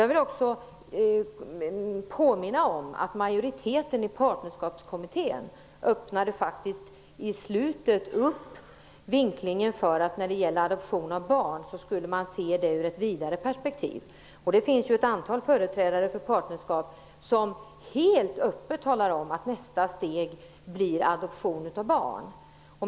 Jag vill också påminna om att majoriteten i Partnerskapskommittén faktiskt öppnade för vinklingen att man skulle se frågan om adoption av barn i ett vidare perspektiv. Det finns ju ett antal förespråkare för partnerskap som helt öppet talar om att adoption av barn blir nästa steg.